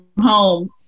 home